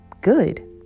good